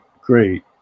great